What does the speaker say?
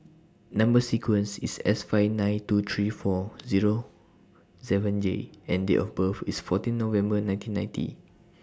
Number sequence IS S five nine two three four Zero seven J and Date of birth IS fourteen November nineteen ninety